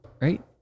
Right